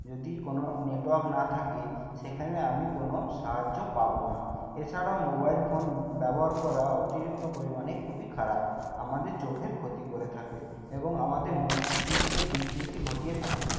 যদি কোন নেটওয়ার্ক না থাকে সেখানে আমি কোন সাহায্য পাবো না এছাড়াও মোবাইল ফোন ব্যবহার করা অতিরিক্ত পরিমাণে খুবই খারাপ আমাদের চোখের ক্ষতি করে থাকে এবং আমাদের মস্তিষ্কের বিকৃতি ঘটিয়ে থাকে